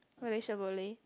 Malaysia boleh